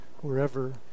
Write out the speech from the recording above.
wherever